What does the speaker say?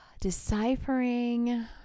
deciphering